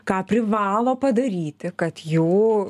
ką privalo padaryti kad jų